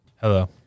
Hello